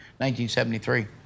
1973